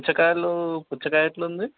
పుచ్చకాయలు పుచ్చకాయ ఎట్లుంది